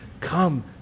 Come